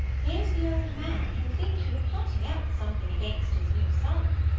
here's the old man, he'l think you are plotting else something against his new son.